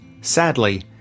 sadly